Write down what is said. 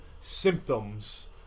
symptoms